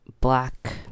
Black